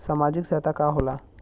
सामाजिक सहायता का होला?